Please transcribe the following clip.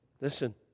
Listen